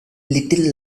little